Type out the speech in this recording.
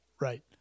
right